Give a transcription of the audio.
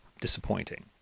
disappointing